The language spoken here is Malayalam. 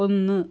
ഒന്ന്